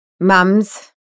mums